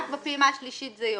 רק בפעימה השלישית זה יורד.